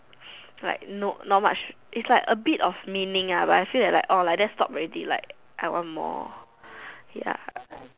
like not not much is like a bit of meaning but I feel like oh like that stop already like I want more